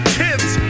kids